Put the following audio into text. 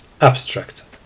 Abstract